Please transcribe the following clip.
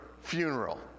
funeral